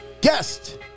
guest